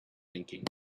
thinking